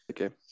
Okay